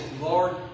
Lord